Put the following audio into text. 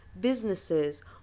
Businesses